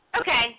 Okay